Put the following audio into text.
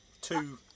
two